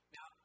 Now